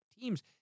teams